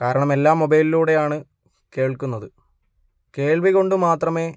കാരണം എല്ലാം മൊബൈലിലൂടെ ആണ് കേള്ക്കുന്നത് കേള്വികൊണ്ട് മാത്രമേ